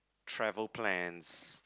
travel plans